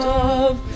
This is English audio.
love